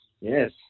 Yes